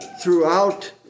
throughout